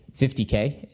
50K